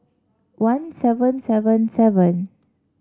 one seven seven seven